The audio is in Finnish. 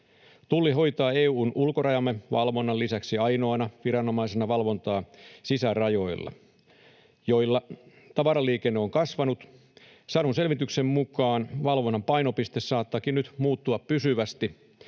Tulli hoitaa EU:n ulkorajan valvonnan lisäksi ainoana viranomaisena valvontaa sisärajoilla, joilla tavaraliikenne on kasvanut. Saadun selvityksen mukaan valvonnan painopiste saattaakin nyt muuttua pysyvästi,